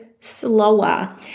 slower